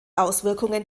auswirkungen